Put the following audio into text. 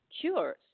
cures